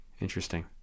Interesting